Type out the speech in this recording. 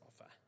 offer